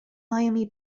miami